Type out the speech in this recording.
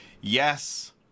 Yes